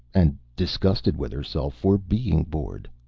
and disgusted with herself for being bored.